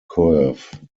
curve